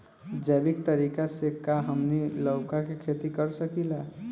जैविक तरीका से का हमनी लउका के खेती कर सकीला?